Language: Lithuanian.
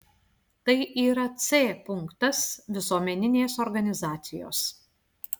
tai yra c punktas visuomeninės organizacijos